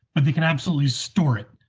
but they can absolutely store it.